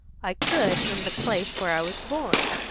i could in the place where i was born,